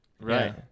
right